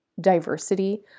diversity